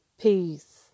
Peace